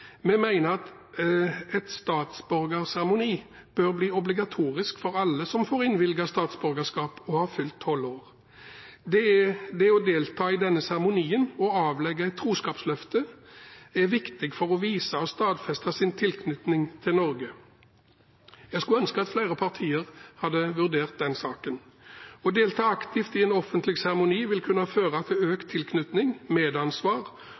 Vi mener at en statsborgerseremoni bør bli obligatorisk for alle som får innvilget statsborgerskap, og har fylt 12 år. Det å delta i denne seremonien og avlegge et troskapsløfte er viktig for å vise og stadfeste sin tilknytning til Norge. Jeg skulle ønske at flere partier hadde vurdert den saken. Å delta aktivt i en offentlig seremoni vil kunne føre til økt tilknytning, medansvar